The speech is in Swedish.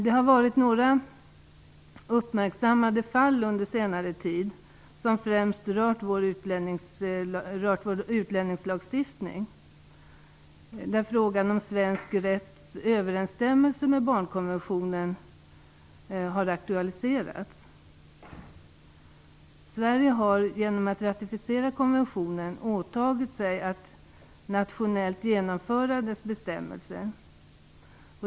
Det har varit några uppmärksammade fall under senare tid som främst rört vår utlänningslagstiftning, där frågan om svensk rätts överensstämmelse med barnkonventionen har aktualiserats. Genom att ratificera konventionen har Sverige åtagit sig att nationellt genomföra dess bestämmelser.